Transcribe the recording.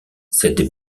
cette